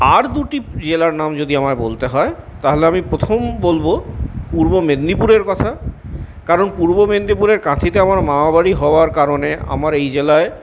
আর দুটি জেলার নাম যদি আমায় বলতে হয় তাহলে আমি প্রথম বলব পূর্ব মেদিনীপুরের কথা কারণ পূর্ব মেদিনীপুরের কাঁথিতে আমার মামারবাড়ি হওয়ার কারণে আমার এই জেলায়